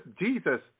Jesus